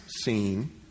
seen